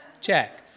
check